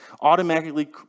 automatically